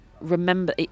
remember